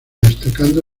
destacando